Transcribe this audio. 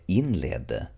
inledde